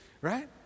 Right